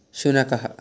शुनकः